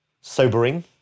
Sobering